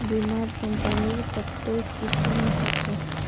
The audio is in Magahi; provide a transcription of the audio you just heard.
बीमार कंपनी कत्ते किस्म होछे